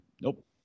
Nope